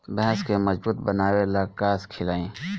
भैंस के मजबूत बनावे ला का खिलाई?